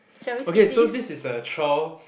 okay so this is a trial